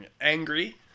angry